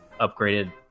upgraded